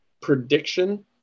prediction